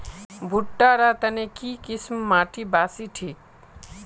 भुट्टा र तने की किसम माटी बासी ठिक?